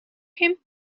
him